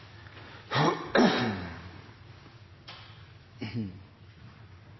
det er han